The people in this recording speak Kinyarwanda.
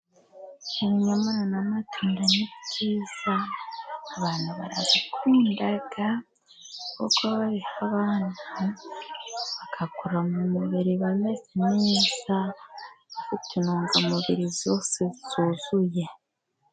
Ibinyomoro n'amatunda ni byiza abantu barabikunda kuko babiha abana, bagakura mu mubiri bameze neza, bafite intungamubiri zose zuzuye.